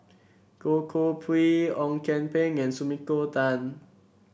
Goh Koh Pui Ong Kian Peng and Sumiko Tan